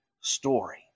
story